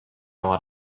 lot